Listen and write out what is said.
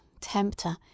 tempter